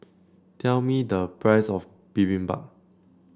tell me the price of Bibimbap